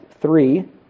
three